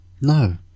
no